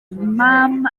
mam